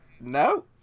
no